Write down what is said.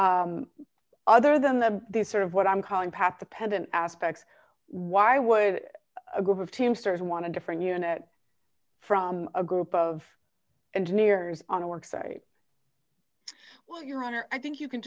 other than the the sort of what i'm calling path dependent aspects why would a group of teamsters want to differing unit from a group of engineers on a work site well your honor i think you can